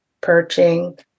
perching